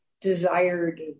desired